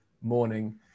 morning